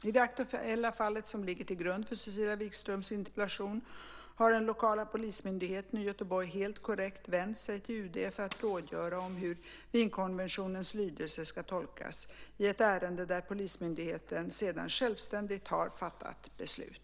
I det aktuella fall som ligger till grund för Cecilia Wigströms interpellation har den lokala polismyndigheten i Göteborg helt korrekt vänt sig till UD för att rådgöra om hur Wienkonventionens lydelse ska tolkas i ett ärende där polismyndigheten sedan självständigt har fattat beslut.